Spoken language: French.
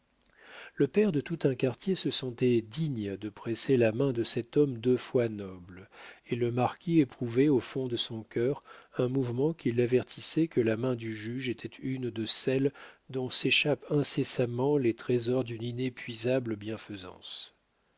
le père de tout un quartier se sentait digne de presser la main de cet homme deux fois noble et le marquis éprouvait au fond de son cœur un mouvement qui l'avertissait que la main du juge était une de celles d'où s'échappent incessamment les trésors d'une inépuisable bienfaisance